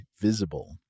Visible